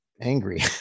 angry